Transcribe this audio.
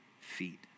feet